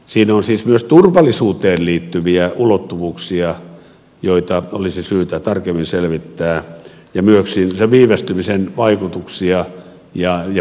siinä on siis myös turvallisuuteen liittyviä ulottuvuuksia joita olisi syytä tarkemmin selvittää ja myöskin sen viivästymisen vaikutuksia ja perussyitä